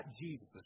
Jesus